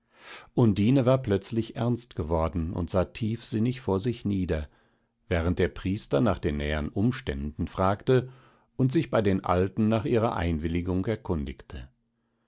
undine war plötzlich ernst geworden und sah tiefsinnig vor sich nieder während der priester nach den nähern umständen fragte und sich bei den alten nach ihrer einwilligung erkundigte